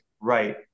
right